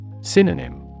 Synonym